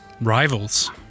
rivals